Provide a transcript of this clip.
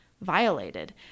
violated